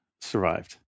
survived